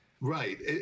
Right